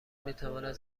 میتواند